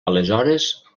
aleshores